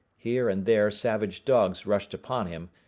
here and there savage dogs rushed upon him,